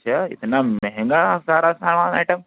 اچھا اتنا مہنگا سارا سامان آئیٹم